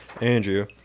andrew